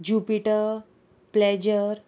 jupiter pleasure